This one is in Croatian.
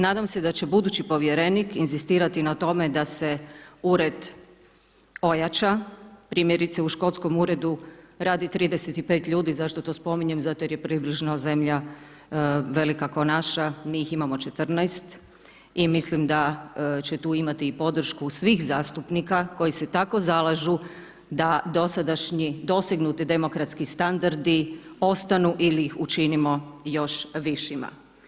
Nadam se da će budući Povjerenik inzistirati na tome da se Ured ojača, primjerice u Škotskom uredu radi 35 ljudi, zašto to spominjem, zato jer je približno zemlja velika k'o naša, mi ih imamo 14, i mislim da će tu imati i podršku svih zastupnika koji se tako zalažu da dosadašnji, dosegnuti demokratski standardi ostanu ili ih učinimo još višima.